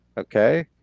okay